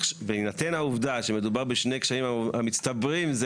בהינתן העובדה שמדובר בשני קשיים המצטברים זה